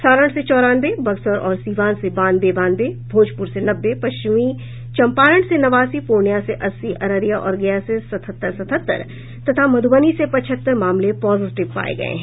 सारण से चौरानवे बक्सर और सीवान से बानवे बानवे भोजपुर से नब्बे पश्चिमी चंपारण से नवासी पूर्णिया से अस्सी अररिया और गया से सतहत्तर सतहत्तर तथा मधुबनी से पचहत्तर मामले पॉजिटिव पाये गये हैं